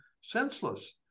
senseless